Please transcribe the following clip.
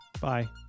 Bye